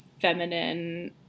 feminine